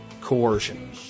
coercion